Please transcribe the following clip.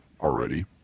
already